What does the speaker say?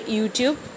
YouTube